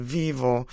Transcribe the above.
vivo